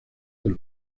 del